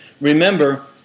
Remember